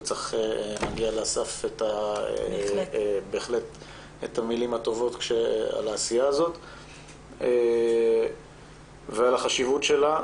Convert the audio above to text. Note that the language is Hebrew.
וצריך להגיד לאסף את המילים הטובות על העשייה הזאת ועל החשיבות שלה,